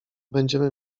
będziemy